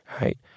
right